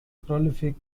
prolific